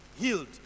Healed